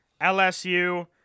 LSU